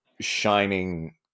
shining